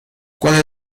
cuando